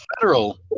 federal